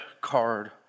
card